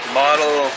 model